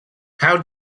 how